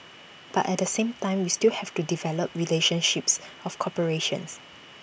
but at the same time we still have to develop relationships of cooperations